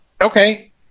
okay